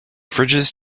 fridges